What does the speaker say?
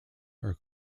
are